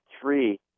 three